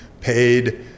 paid